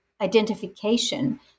identification